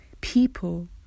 People